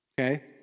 Okay